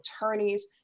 attorneys